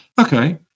okay